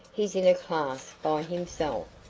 he's in a class by himself,